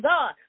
God